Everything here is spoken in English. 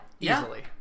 easily